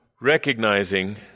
recognizing